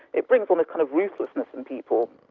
it brings on and kind of ruthlessness in people.